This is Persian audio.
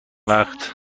وقت